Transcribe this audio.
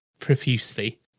Profusely